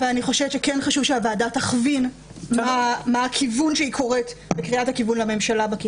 אבל אני חושבת שחשוב שהוועדה תכווין מהי קריאת הכיוון לממשלה.